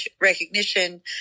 recognition